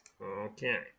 Okay